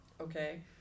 Okay